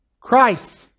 Christ